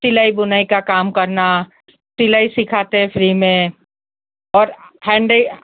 सिलाई बुनाई का काम करना सिलाई सिखाते हैं फ्री में और हैंडी